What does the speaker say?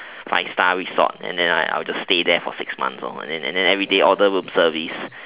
five star resort and then I I would stay there for six months and then then everyday order room service